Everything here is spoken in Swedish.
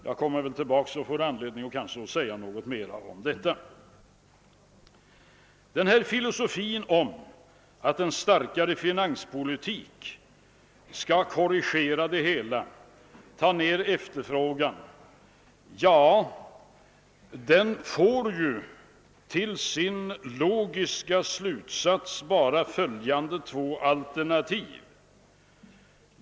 Jag får väl anledning att komma tillbaka till detta. Denna filosofi om att en starkare finanspolitik skall korrigera det hela genom att ta ner efterfrågan, får ju till sin logiska slutsats bara två alternativ.